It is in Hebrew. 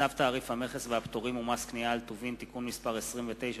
צו תעריף המכס והפטורים ומס קנייה על טובין (תיקון מס' 29),